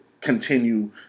continue